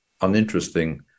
uninteresting